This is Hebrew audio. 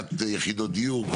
בניית יחידות דיור,